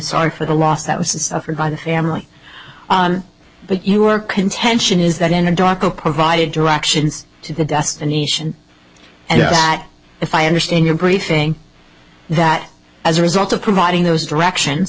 sorry for the loss that was suffered by the family but your contention is that in a doctor provided directions to the destination and that if i understand your briefing that as a result of providing those direction